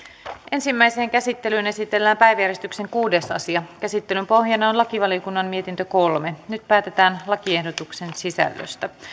ensimmäiseen käsittelyyn esitellään päiväjärjestyksen kuudes asia käsittelyn pohjana on lakivaliokunnan mietintö kolme nyt päätetään lakiehdotuksen sisällöstä